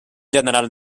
general